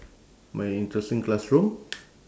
my interesting classroom